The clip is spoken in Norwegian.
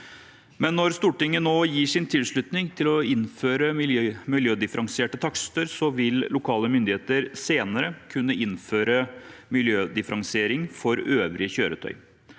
Når Stortinget nå gir tilslutning til å innføre miljødifferensierte takster, vil lokale myndigheter senere kunne innføre miljødifferensiering for øvrige kjøretøy.